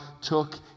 took